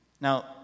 Now